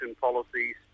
policies